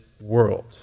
world